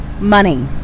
money